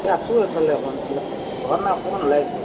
এই আছোঁ এইফালে অকমান এইফালে ঘৰত নাই অকণমান ওলাই আহিছিলোঁ